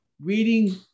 reading